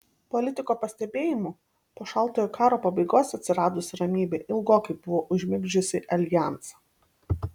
politiko pastebėjimu po šaltojo karo pabaigos atsiradusi ramybė ilgokai buvo užmigdžiusi aljansą